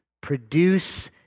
produce